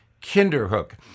Kinderhook